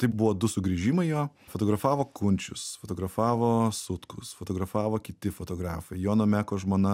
tai buvo du sugrįžimai jo fotografavo kunčius fotografavo sutkus fotografavo kiti fotografai jono meko žmona